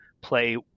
play